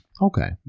okay